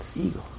ego